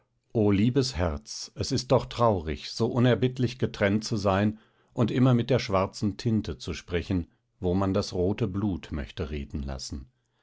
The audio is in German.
liebes herz es ist doch traurig so unerbittlich getrennt zu sein und immer mit der schwarzen tinte zu sprechen wo man das rote blut möchte reden lassen